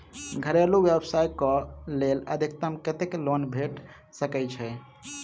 घरेलू व्यवसाय कऽ लेल अधिकतम कत्तेक लोन भेट सकय छई?